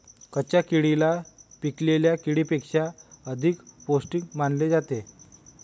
कच्च्या केळीला पिकलेल्या केळीपेक्षा अधिक पोस्टिक मानले जाते